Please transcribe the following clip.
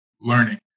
learning